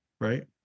right